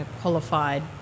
qualified